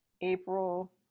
April